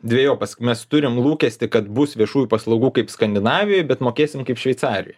dvejopas mes turim lūkestį kad bus viešųjų paslaugų kaip skandinavijoj bet mokėsim kaip šveicarijoj